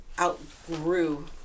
outgrew